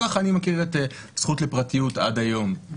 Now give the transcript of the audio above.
ככה אני מכיר את הזכות לפרטיות עד היום.